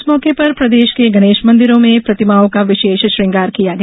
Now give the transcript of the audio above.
इस मौके पर प्रदेश के गणेश मंदिरों में प्रतिमाओं का विशेष श्रंगार किया गया